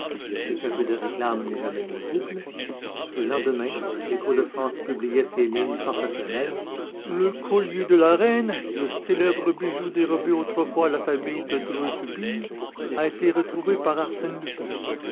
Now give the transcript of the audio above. but et qu'un peu de réclame n'est jamais nuisible le lendemain l'écho de france publiait ces lignes sensationnelles le collier de la reine le célèbre bijou historique dérobé autrefois à la famille de dreux soubise a été retrouvé par arsène lupin